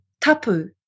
tapu